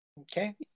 Okay